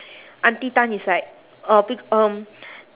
auntie tan is like uh bec~ um